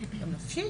זה גם גיהינום.